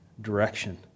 direction